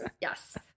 yes